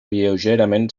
lleugerament